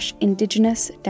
Indigenous